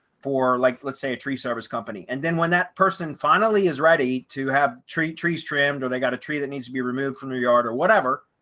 for like, let's say a tree service company. and then when that person finally is ready to have tree trees trimmed, or they got a tree that needs to be removed from your yard or whatever,